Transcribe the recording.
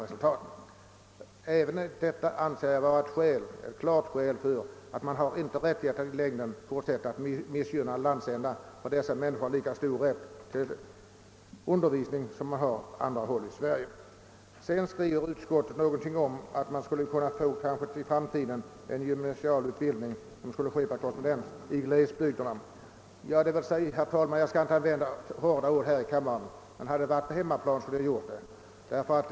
även detta anser jag vara ett skäl som klart talar för att man inte i längden får fortsätta att missgynna denna landsända. Människorna där har lika stor rätt till undervisning som folk på andra håll i Sverige. Utskottet skriver att man i glesbygderna i framtiden kanske skulle kunna få en gymnasial utbildning per korrespondens. Herr talman! Jag skall inte använda hårda ord här i kammaren men hade jag varit på hemmaplan så skulle jag ha gjort det.